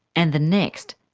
and the next,